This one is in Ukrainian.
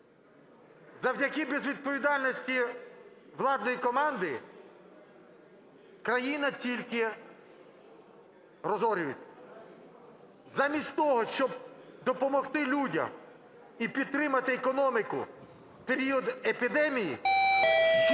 Завдяки безвідповідальності владної команди країна тільки розорюється. Замість того, щоб допомогти людям і підтримати економіку в період епідемії, ще